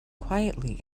quietly